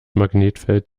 magnetfeld